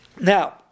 Now